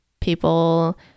people